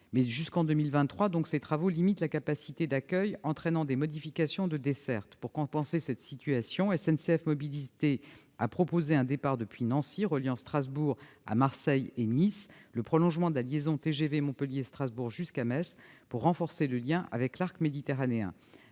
lyonnais -, ce qui limitera la capacité d'accueil et entraînera des modifications de dessertes. Pour compenser cette situation, SNCF Mobilités a proposé un départ depuis Nancy reliant Strasbourg à Marseille et à Nice, et le prolongement de la liaison TGV entre Montpellier et Strasbourg jusqu'à Metz, pour renforcer le lien avec l'arc méditerranéen.